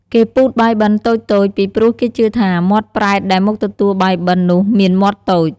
គេពូតបាយបិណ្ឌតូចៗ ពីព្រោះគេជឿថាមាត់ប្រេតដែលមកទទួលបាយបិណ្ឌនោះមានមាត់តូច។